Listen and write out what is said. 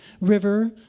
river